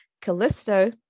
Callisto